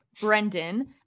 Brendan